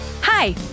Hi